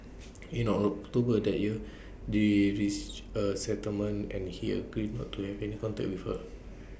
in our October that year they reached A settlement and he agreed not to have any contact with her